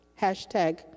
Hashtag